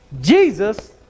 Jesus